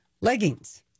leggings